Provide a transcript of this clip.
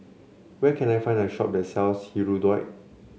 where can I find a shop that sells Hirudoid